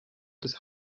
des